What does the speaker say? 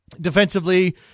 Defensively